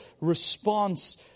response